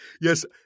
Yes